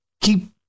keep